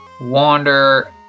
wander